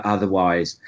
Otherwise